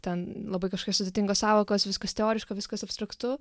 ten labai kažkaip sudėtingos sąvokos viskas teoriška viskas abstraktu